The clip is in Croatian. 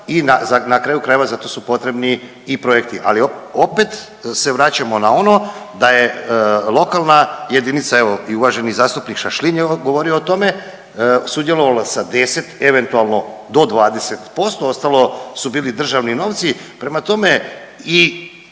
i na kraju krajeva, za to su potrebni i projekti. Ali opet se vraćamo na ono da je lokalna jedinica, evo, i uvaženi zastupnik Šašlin je govorio o tome, sudjelovalo sa 10, eventualno do 20%, ostalo su bili državni novci, prema tome i